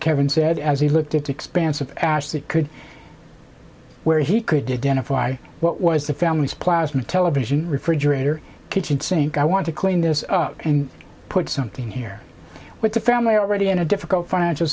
kevin said as he looked at the expanse of ash that could where he could identify what was the family's plasma television refrigerator kitchen sink i want to clean this up and put something here with the family already in a difficult financial